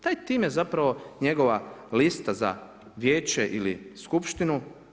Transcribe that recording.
Taj tim je zapravo njegova lista za vijeće ili skupštinu.